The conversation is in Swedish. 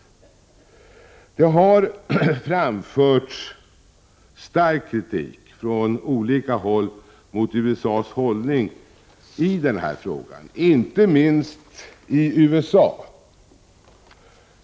Det har framförts stark kritik från olika håll mot USA:s hållning i den här frågan, inte minst i USA.